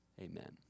Amen